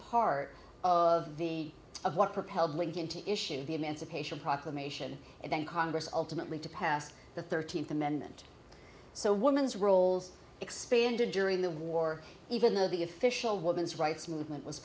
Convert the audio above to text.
part of the of what propelled lincoln to issue the emancipation proclamation and then congress ultimately to pass the thirteenth amendment so women's roles expanded during the war even though the official women's rights movement was